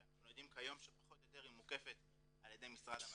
כשאנחנו יודעים כיום שפחות או יותר היא מוקפת על ידי משרד המדע.